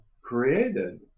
created